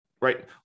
right